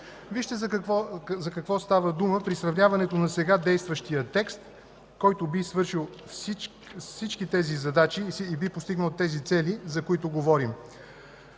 Вижте за какво става дума при сравняването на сега действащия текст, който би свършил всички тези задачи и постигнал тези цели, за които говорим.